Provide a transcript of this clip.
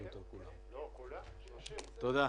תודה.